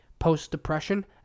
post-depression